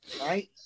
right